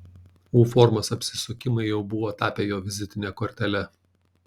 u formos apsisukimai jau buvo tapę jo vizitine kortele